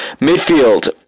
Midfield